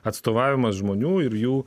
atstovavimas žmonių ir jų